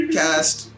cast